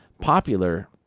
popular